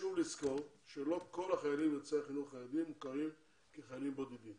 חשוב לזכור שלא כל החיילים החרדים מוכרים כחיילים בודדים